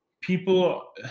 people